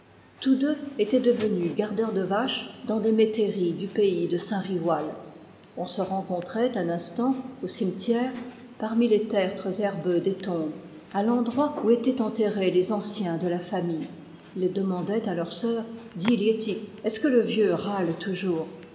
tous deux étaient devenus gardeurs de vaches dans des métairies du pays de saint riwal on se rencontrait un instant au cimetière parmi les tertres herbeux des tombes à l'endroit où étaient enterrés les anciens de la famille ils demandaient à leur soeur dis liettik est-ce que le vieux râle toujours